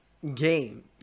game